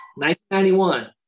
1991